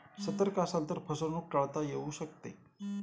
सतर्क असाल तर फसवणूक टाळता येऊ शकते